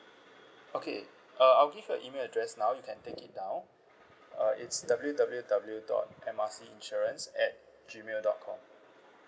okay uh I'll give you a email address now you can take it down uh it's W W W dot M R C insurance at G mail dot com